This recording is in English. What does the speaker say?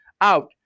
out